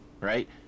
right